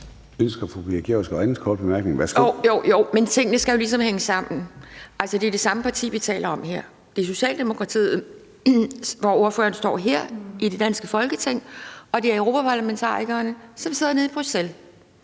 jo, men tingene skal jo ligesom hænge sammen. Altså, det er det samme parti, vi taler om her. Det er Socialdemokratiet, og ordføreren står her i det danske Folketing, og europaparlamentarikere sidder nede i Bruxelles,